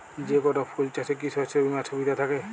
যেকোন ফুল চাষে কি শস্য বিমার সুবিধা থাকে?